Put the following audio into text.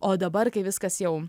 o dabar kai viskas jau